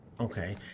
okay